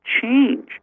change